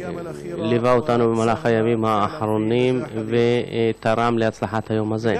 שליווה אותנו במהלך הימים האחרונים ותרם להצלחת היום הזה.